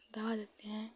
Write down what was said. दवा देते हैं